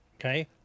Okay